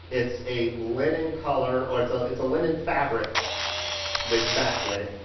it's a linen color, or it's a, it's a linen fabric that's backlit,